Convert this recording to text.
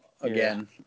again